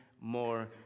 more